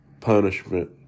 punishment